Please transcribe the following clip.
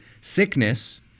sickness